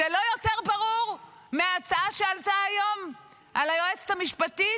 זה לא יותר ברור מההצעה שעלתה היום על היועצת המשפטית?